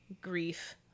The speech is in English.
grief